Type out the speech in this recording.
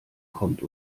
kommt